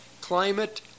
climate